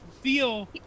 feel